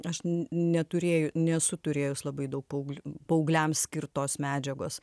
aš neturėju nesu turėjus labai daug paauglių paaugliams skirtos medžiagos